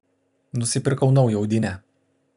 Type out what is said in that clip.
nusipirkau naują audinę